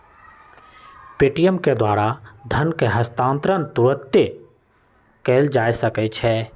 Paytm के द्वारा धन के हस्तांतरण तुरन्ते कएल जा सकैछइ